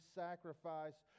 sacrifice